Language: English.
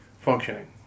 functioning